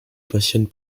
passionne